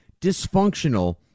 dysfunctional